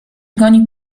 goni